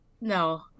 No